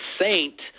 saint